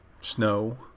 snow